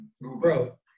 Bro